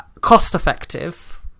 cost-effective